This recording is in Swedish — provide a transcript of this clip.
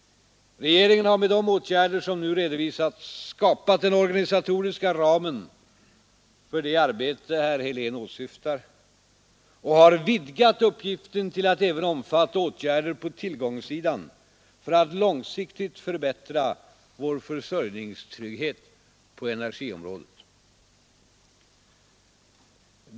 Regeringen har med de åtgärder som nu redovisats skapat den organisatoriska ramen för det arbete herr Helén åsyftar och har vidgat uppgiften till att även omfatta åtgärder på tillgångssidan för att långsiktigt förbättra vår försörjningstrygghet på energiområdet.